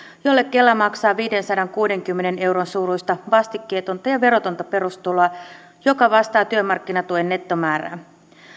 jolle kela maksaa viidensadankuudenkymmenen euron suuruista vastikkeetonta ja verotonta perustuloa joka vastaa työmarkkinatuen nettomäärää